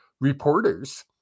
reporters